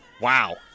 Wow